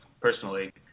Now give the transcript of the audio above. personally